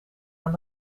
aan